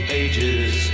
ages